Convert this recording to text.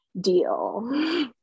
deal